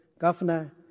Governor